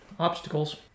obstacles